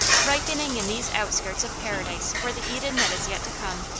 ripen ing in these outskirts of paradise for the eden that is yet to come.